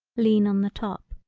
lean on the top.